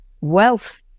wealth